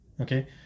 okay